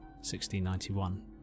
1691